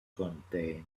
contained